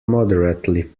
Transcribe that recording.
moderately